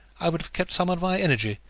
i would have kept some of my energy,